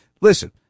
listen